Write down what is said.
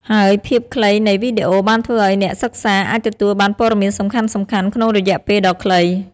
ហើយភាពខ្លីនៃវីដេអូបានធ្វើឲ្យអ្នកសិក្សាអាចទទួលបានព័ត៌មានសំខាន់ៗក្នុងរយៈពេលដ៏ខ្លី ។